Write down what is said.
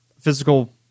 physical